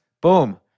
boom